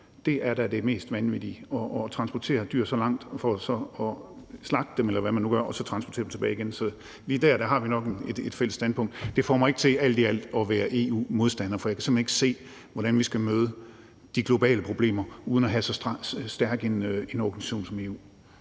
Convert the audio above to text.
er da det mest vanvittige; altså, det at transportere dyr så langt for så at slagte dem, eller hvad man nu gør, og så transportere dem tilbage igen, er vanvittigt. Lige der har vi nok et fælles standpunkt, men det får mig ikke til alt i alt at være EU-modstander, for jeg kan simpelt hen ikke se, hvordan vi skal møde de globale problemer uden at have en så stærk organisation som EU.